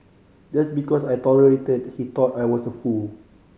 just because I tolerated he thought I was a fool